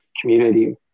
community